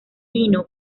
lino